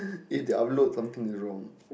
if they upload something is wrong